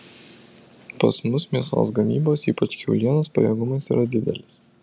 pas mus mėsos gamybos ypač kiaulienos pajėgumas yra didelis